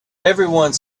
everyone